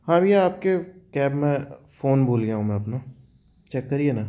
हाँ भईया आपके कैब में फोन भूल गया हूँ मैं अपना चेक करिए न